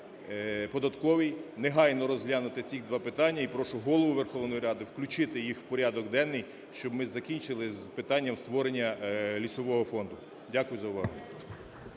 негайно розглянути ці два питання. І прошу Голову Верховної Ради включити їх в порядок денний, щоб ми закінчили з питанням створення лісового фонду. Дякую за увагу.